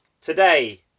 today